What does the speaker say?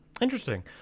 Interesting